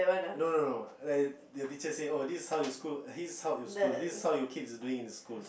no no no like the teacher say oh this is how your school this how your school this is how your kids are doing in the school